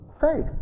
faith